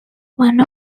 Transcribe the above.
one